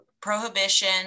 prohibition